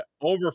over